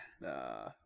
Nah